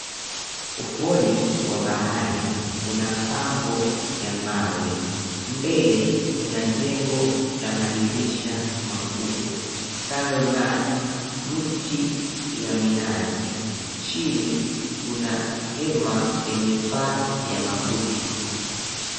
Ufuoni ya bahari, kuna pango ya mawe. Mbele, kuna jengo la madirisha makubwa kando na mti ya minazi. Chini, kuna hema yenye paa ya makuti.